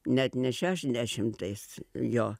net ne šešiasdešimtais jo